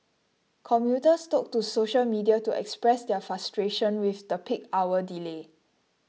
commuters took to social media to express their frustration with the peak hour delay